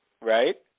Right